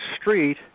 street